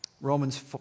Romans